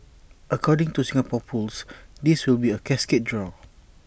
according to Singapore pools this will be A cascade draw